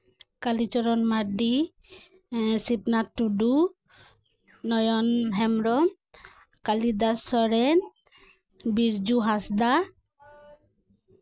Kalicharan Mardi Sibnath Tudu Noyon Hembrom Kalidas Soren Birju Hansda